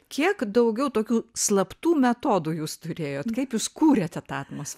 kiek daugiau tokių slaptų metodų jūs turėjot kaip jūs kūrėte tą atmos